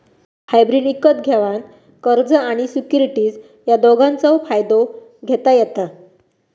hybrid इकत घेवान कर्ज आणि सिक्युरिटीज या दोघांचव फायदो घेता येता